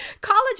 College